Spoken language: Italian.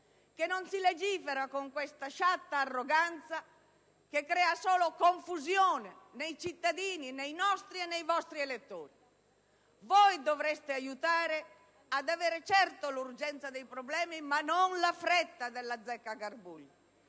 che non si legifera con questa sciatta arroganza, che crea solo confusione nei cittadini, nei nostri e nei vostri elettori. Voi dovreste aiutare il Governo ad avere, certo, l'urgenza dei problemi, ma non la fretta dell'azzeccagarbugli.